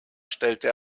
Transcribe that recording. stellte